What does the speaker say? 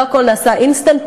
לא הכול נעשה אינסטנט,